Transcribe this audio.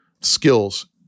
skills